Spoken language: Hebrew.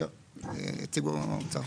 יציגו מהאוצר.